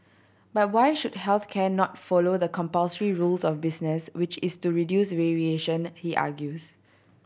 but why should health care not follow the compulsory rule of business which is to reduce variation he argues